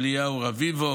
אליהו רביבו,